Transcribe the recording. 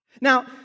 Now